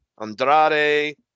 Andrade